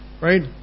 right